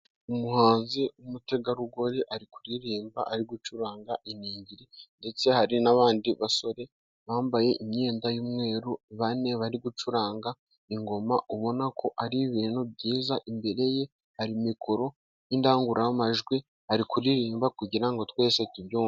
Umuhanzi w'umutegarugori ari kuririmba ari gucuranga iningiri, ndetse hari n'abandi basore bambaye imyenda y'umweru bane bari gucuranga ingoma ubona ko ari ibintu byiza, imbere ye hari mikoro y'indangururamajwi, ari kuririmba kugira ngo twese tubyumve.